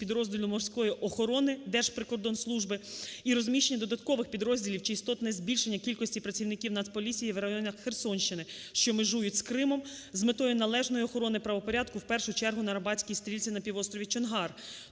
підрозділу морської охорони Держприкордонслужби і розміщення додаткових підрозділів чи істотне збільшення кількості працівників Нацполіції в районах Херсонщини, що межують з Кримом, з метою належної охорони правопорядку в першу чергу на Арабатській стрілці на півострові Чонгар.